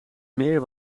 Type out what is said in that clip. meer